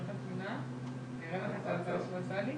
תחתום על שום דבר.